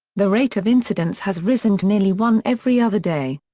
the rate of incidence has risen to nearly one every other day.